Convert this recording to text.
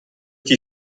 die